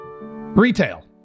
Retail